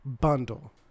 Bundle